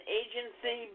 agency